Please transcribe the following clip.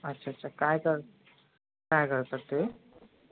अच्छा अच्छा काय कर काय करतात ते